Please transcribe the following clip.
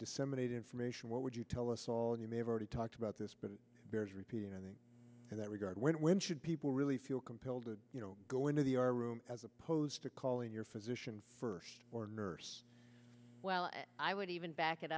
disseminate information what would you tell us all you may have already talked about this but it bears repeating and then in that regard when should people really feel compelled to you know go into the or room as opposed to calling your physician first or nurse well i would even back it